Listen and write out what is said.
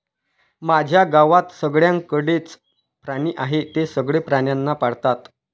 माझ्या गावात सगळ्यांकडे च प्राणी आहे, ते सगळे प्राण्यांना पाळतात